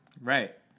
Right